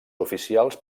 oficials